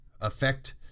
affect